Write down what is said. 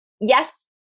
yes